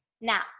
Now